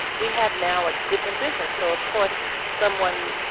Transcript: we have now a different business so of course someone,